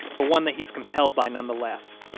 but one that he's compelled by nonetheless.